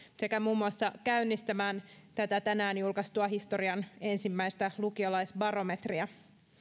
sekä muun muassa käynnistämään tätä tänään julkaistua historian ensimmäistä lukiolaisbarometria